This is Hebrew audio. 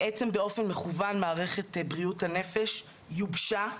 כשבאופן מכוון מערכת בריאות הנפש יובשה,